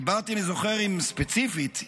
דיברתי ספציפית,